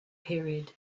period